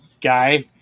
guy